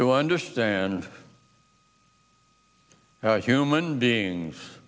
to understand how human beings